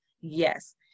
Yes